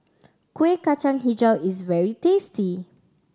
Kuih Kacang Hijau is very tasty